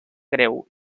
greu